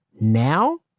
Now